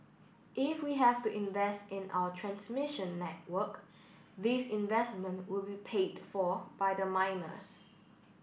if we have to invest in our transmission network these investment will be paid for by the miners